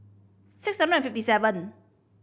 six hundred and fifty seven